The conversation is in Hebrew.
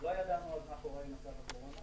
ולא ידענו אז מה קורה עם מצב הקורונה.